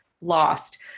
lost